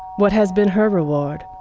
what has been her reward?